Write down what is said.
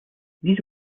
these